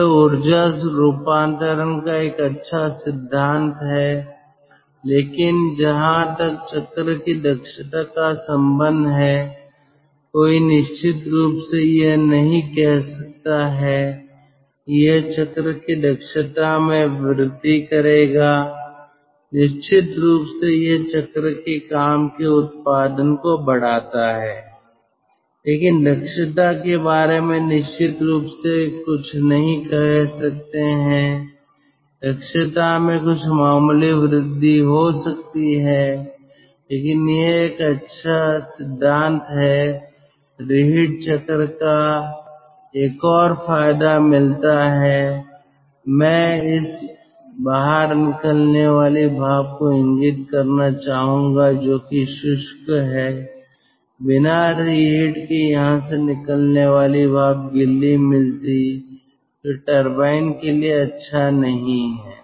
यह ऊर्जा रूपांतरण का एक अच्छा सिद्धांत है लेकिन जहां तक चक्र की दक्षता का संबंध है कोई निश्चित रूप से यह नहीं कह सकता है कि यह चक्र की दक्षता में वृद्धि करेगा निश्चित रूप से यह चक्र के काम के उत्पादन को बढ़ाता है लेकिन दक्षता के बारे में निश्चित रूप से कोई कुछ नहीं कह सकता हैदक्षता में कुछ मामूली वृद्धि हो सकती है लेकिन यह एक अच्छा सिद्धांत हैरीहीट चक्र का एक और फायदा मिलता है मैं इस बाहर निकलने वाली भाप को इंगित करना चाहूंगा जो कि शुष्क है बिना रीहीट के यहां से निकलने वाली भाप गीली मिलती जो टरबाइन के लिए अच्छी नहीं है